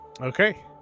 Okay